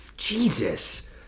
Jesus